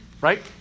Right